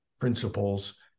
principles